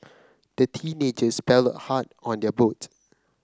the teenagers paddled hard on their boat